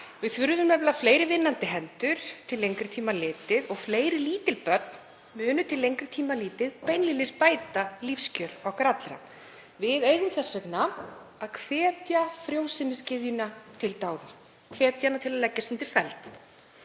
Við þurfum nefnilega fleiri vinnandi hendur til lengri tíma litið og fleiri lítil börn munu til lengri tíma litið beinlínis bæta lífskjör okkar allra. Við eigum þess vegna að hvetja frjósemisgyðjuna til dáða, hvetja hana til að leggjast undir feld.